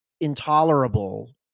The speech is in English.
intolerable